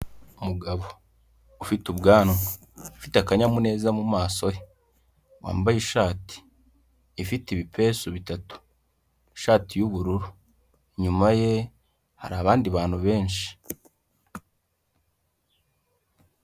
Umugabo ufite ubwanwa, ufite akanyamuneza mu maso he, wambaye ishati ifite ibipesu bitatu, ishati y'ubururu, inyuma ye hari abandi bantu benshi.